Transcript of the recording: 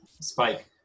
Spike